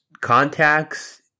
contacts